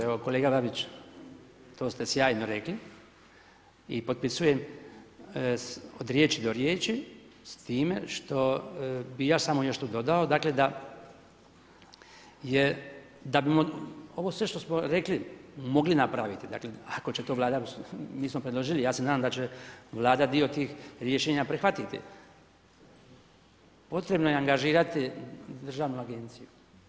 Evo kolega Babić to ste sjajno rekli i potpisujem od riječi do riječi s time što bi ja samo još tu dodao, dakle da bimo ovo sve što smo rekli mogli napraviti ako će to Vlada, mi smo predložili ja se nadam da će Vlada dio tih rješenja prihvatiti, potrebno je angažirati državnu agenciju.